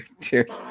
Cheers